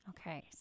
Okay